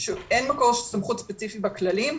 אין מקור סמכות ספציפי בכללים,